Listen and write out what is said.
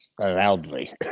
loudly